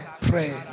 pray